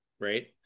right